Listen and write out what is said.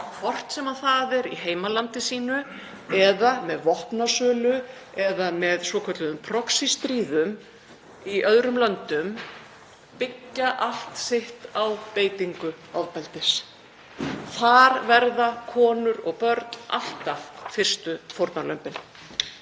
hvort sem það er í heimalandi sínu, með vopnasölu eða svokölluðum proxy-stríðum í öðrum löndum, byggja allt sitt á beitingu ofbeldis. Þar verða konur og börn alltaf fyrstu fórnarlömbin.